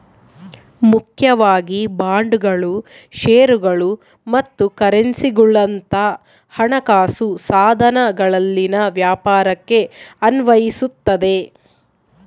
ಮುಖ್ಯವಾಗಿ ಬಾಂಡ್ಗಳು ಷೇರುಗಳು ಮತ್ತು ಕರೆನ್ಸಿಗುಳಂತ ಹಣಕಾಸು ಸಾಧನಗಳಲ್ಲಿನ ವ್ಯಾಪಾರಕ್ಕೆ ಅನ್ವಯಿಸತದ